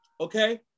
okay